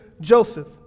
Joseph